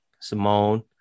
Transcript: simone